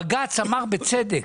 בג"ץ אמר ובצדק